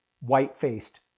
White-faced